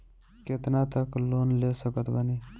कितना तक लोन ले सकत बानी?